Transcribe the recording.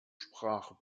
sprache